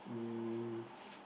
um